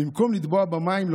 במקום לטבוע במים,